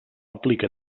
aplica